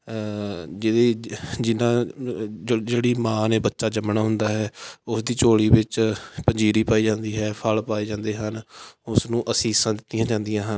ਜਿਹਦੀ ਜਿਹਦਾ ਜਿਹੜੀ ਮਾਂ ਨੇ ਬੱਚਾ ਜੰਮਣਾ ਹੁੰਦਾ ਹੈ ਉਸ ਦੀ ਝੋਲੀ ਵਿੱਚ ਪੰਜੀਰੀ ਪਾਈ ਜਾਂਦੀ ਹੈ ਫਲ ਪਾਏ ਜਾਂਦੇ ਹਨ ਉਸ ਨੂੰ ਅਸੀਸਾਂ ਦਿੱਤੀਆਂ ਜਾਂਦੀਆਂ ਹਨ